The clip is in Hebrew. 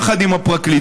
יחד עם הפרקליטות,